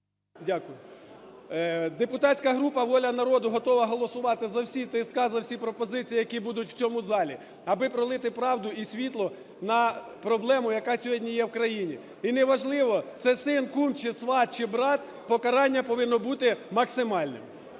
Дякую. Депутатська група "Воля народу" готова голосувати за всі ТСК, за всі пропозиції, які будуть у цьому залі, аби пролити правду і світло на проблему, яка сьогодні є в країні. І неважливо, це син, кум, чи сват, чи брат, покарання повинно бути максимальним.